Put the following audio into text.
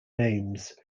names